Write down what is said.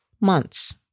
months